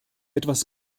etwas